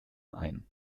ein